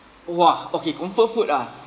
!wah! okay comfort food ah